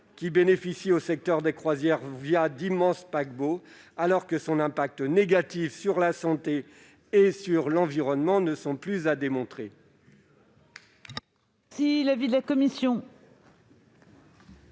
qui bénéficie au secteur des croisières, d'immenses paquebots, alors que son impact négatif sur la santé et l'environnement n'est plus à démontrer.